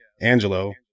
Angelo